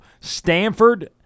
Stanford